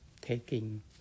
Taking